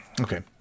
Okay